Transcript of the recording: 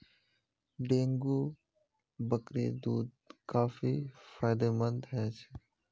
dengue बकरीर दूध काफी फायदेमंद ह छ